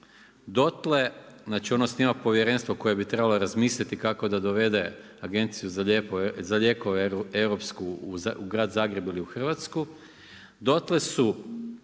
dotle, znači on osniva povjerenstvo koje bi trebalo razmisliti kako da dovede agenciju za lijekove u grad Zagreb ili u Hrvatsku, dotle su